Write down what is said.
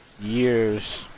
Years